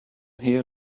here